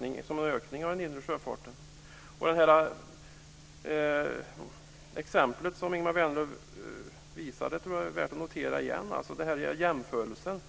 med 15-20 %. Det exempel som Ingemar Vänerlöv tog upp tror jag är värt att ta upp igen. Han gjorde en jämförelse.